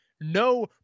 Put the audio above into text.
No